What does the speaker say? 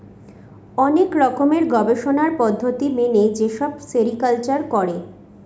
অনেক রকমের গবেষণার পদ্ধতি মেনে যেসব সেরিকালচার করে